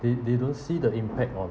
they they don't see the impact on